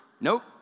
nope